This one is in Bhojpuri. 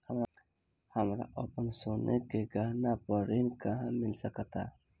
हमरा अपन सोने के गहना पर ऋण कहां मिल सकता?